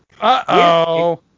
Uh-oh